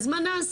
אז מה נעשה?